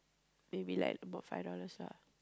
maybe like about five dollars lah